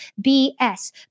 BS